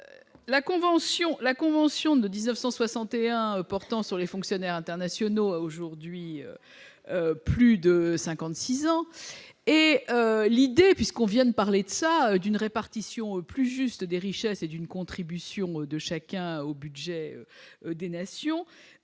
La convention de 1961 portant sur les fonctionnaires internationaux a aujourd'hui plus de cinquante-six ans. Alors que nous venons de parler d'une répartition plus juste des richesses et d'une contribution de chacun au budget des nations,